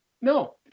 No